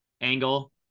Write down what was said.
angle